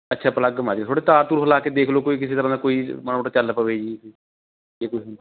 ਅੱਛਾ ਪਲੱਗ ਥੋੜ੍ਹਾ ਤਾਰ ਤੁਰ ਹਿਲਾ ਕੇ ਦੇਖ ਲਓ ਕੋਈ ਕਿਸੇ ਤਰ੍ਹਾਂ ਦਾ ਕੋਈ ਮਾੜਾ ਮੋਟਾ ਚੱਲ ਪਵੇ ਜੀ ਜੇ ਕੋਈ